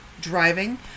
driving